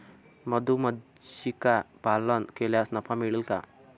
मधुमक्षिका पालन केल्यास नफा मिळेल का?